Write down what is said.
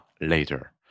later